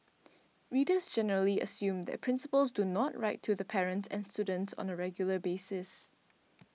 readers generally assume that principals do not write to the parents and students on a regular basis